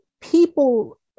people